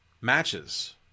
matches